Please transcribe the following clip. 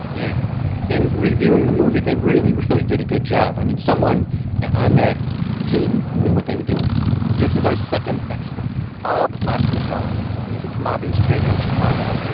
yeah and reviewing the movie, they really, really did a good job. i mean, someone on and that team knew what they were doing this is our second expert, bob lassandrello. he's a commodities trader in chicago.